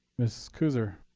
miss kooser.